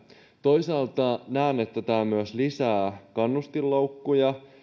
toisaalta näen että tämä myös lisää kannustinloukkuja